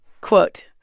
Quote